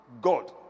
God